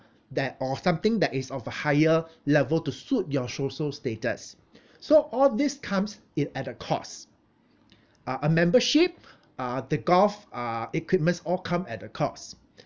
that or something that is of a higher level to suit your social status so all this comes in at a cost uh a membership uh the golf uh equipments all come at a cost